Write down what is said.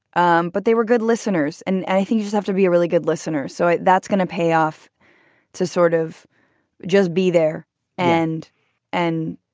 um but they were good listeners. and and i think you just have to be a really good listener. so that's going to pay off to sort of just be there and and.